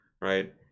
right